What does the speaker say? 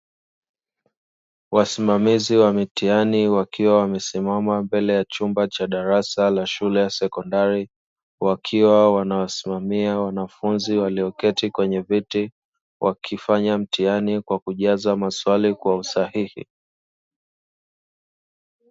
Wasimamizi wa mitihani wakiwa wamesimama mbele ya chumba cha darasa la shule ya sekondari, wakiwa wanawasimamia wanafunzi walioketi kwenye viti, wakifanya mtihani kwa kujaza maswali kwa usahihi.